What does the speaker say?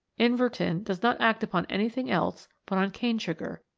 in vertin does not act upon anything else but on cane sugar,